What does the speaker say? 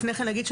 לפני כן,